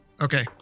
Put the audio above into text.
Okay